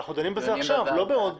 לא סתם אנחנו דנים על זה עכשיו ולא בעוד